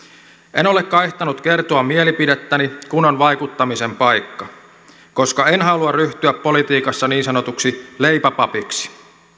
en ole kaihtanut kertoa mielipidettäni kun on vaikuttamisen paikka koska en halua ryhtyä politiikassa niin sanotuksi leipäpapiksi